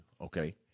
Okay